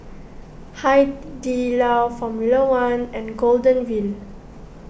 Hai Di Lao formula one and Golden Wheel